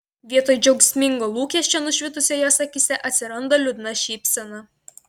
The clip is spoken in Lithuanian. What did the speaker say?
vietoj džiaugsmingo lūkesčio nušvitusio jos akyse atsirado liūdna šypsena